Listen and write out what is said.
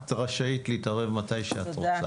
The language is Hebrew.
את רשאית להתערב מתי שאת רוצה.